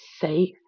safe